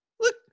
Look